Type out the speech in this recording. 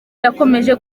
yakomeje